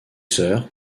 heures